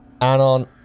Anon